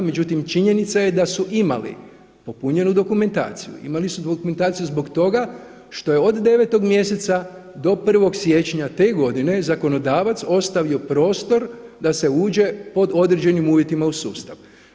Međutim, činjenica je da su imali popunjenu dokumentaciju, imali su dokumentaciju zbog toga što je od 9. mjeseca do 1. siječnja te godine zakonodavac ostavio prostor da se uđe pod određenim uvjetima u sustav.